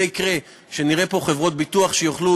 זה יקרה כשנראה פה חברות ביטוח שיוכלו,